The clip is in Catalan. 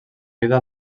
vida